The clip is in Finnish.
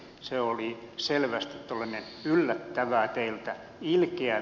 se oli selvästi ole yllättävää teiltä ilikiä